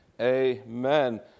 amen